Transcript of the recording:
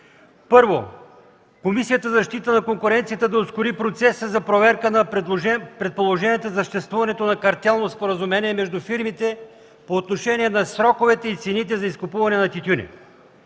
Първо, Комисията за защита на конкуренцията да ускори процеса за проверка на предположенията за съществуването на картелно споразумение между фирмите по отношение на сроковете и цените за изкупуване на тютюни.